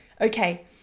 okay